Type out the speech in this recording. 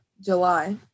july